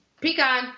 Pecan